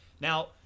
now